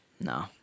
No